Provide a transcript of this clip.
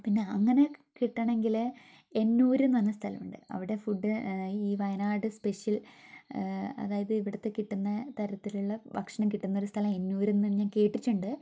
പിന്നെ അങ്ങനെ കിട്ടണമെങ്കിൽ എന്നൂർ എന്നു പറഞ്ഞ സ്ഥലമുണ്ട് അവിടെ ഫുഡ് ഈ വയനാട് സ്പെഷ്യൽ അതായത് ഇവിടുത്തെ കിട്ടുന്ന തരത്തിലുള്ള ഭക്ഷണം കിട്ടുന്നൊരു സ്ഥലം എന്നൂർ എന്നു ഞാൻ കേട്ടിട്ടുണ്ട്